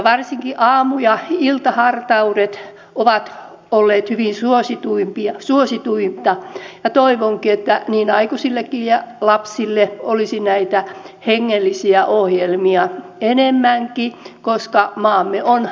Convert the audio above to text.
varsinkin aamu ja iltahartaudet ovat olleet hyvin suosittuja ja toivonkin että niin aikuisille kuin lapsillekin olisi näitä hengellisiä ohjelmia enemmänkin koska maamme on kristitty kansa